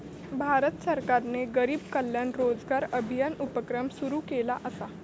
भारत सरकारने गरीब कल्याण रोजगार अभियान उपक्रम सुरू केला असा